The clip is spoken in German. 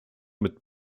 mit